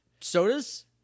Sodas